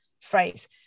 phrase